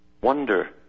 wonder